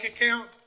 account